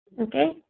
Okay